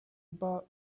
about